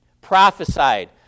prophesied